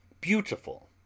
Beautiful